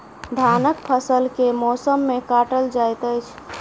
धानक फसल केँ मौसम मे काटल जाइत अछि?